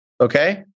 Okay